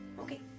Okay